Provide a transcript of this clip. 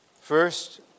First